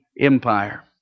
empire